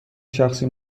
شخصی